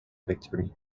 victory